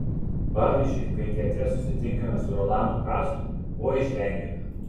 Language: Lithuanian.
pavyzdžiui kai teatre susitinkame su rolandu kazlu oi žvengiame